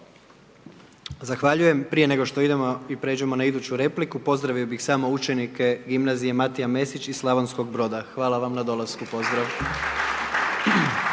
Zahvaljujem. Prije nego što idemo i prijeđemo na iduću repliku, pozdravio bih samo učenike gimnazije Matija Mesić iz Slavonskog Broda, hvala vam na dolasku,